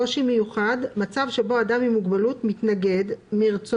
"קושי מיוחד" מצב שבו אדם עם מוגבלות מתנגד מרצונו